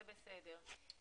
זה בסדר.